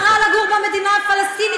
אז מה רע לגור במדינה הפלסטינית,